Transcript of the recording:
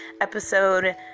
episode